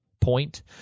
point